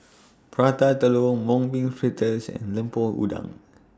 Prata Telur Mung Bean Fritters and Lemper Udang